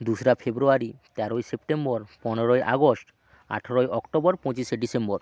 দোসরা ফেব্রুয়ারি তেরোই সেপ্টেম্বর পনেরোই আগস্ট আঠেরোই অক্টোবর পঁচিশে ডিসেম্বর